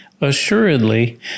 Assuredly